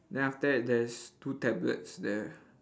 then after that there's two tablets there